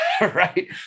Right